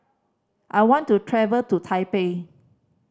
I want to travel to Taipei